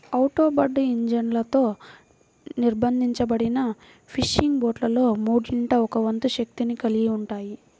outboard ఇంజన్లతో నిర్బంధించబడిన fishing బోట్లలో మూడింట ఒక వంతు శక్తిని కలిగి ఉంటాయి